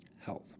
health